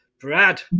Brad